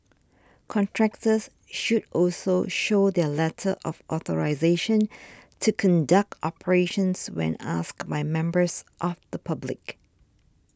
contractors should also show their letter of authorisation to conduct operations when asked by members of the public